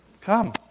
Come